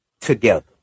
together